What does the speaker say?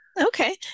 Okay